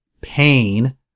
pain